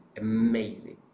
amazing